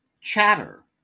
Chatter